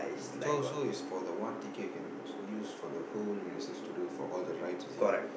so so is for the one ticket you can use for the whole Universal-Studio for all the rides is it